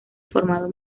formado